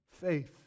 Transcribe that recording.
faith